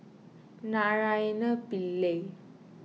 Naraina Pillai